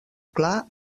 clar